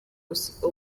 gusa